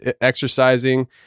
exercising